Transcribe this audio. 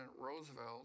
Roosevelt